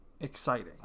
exciting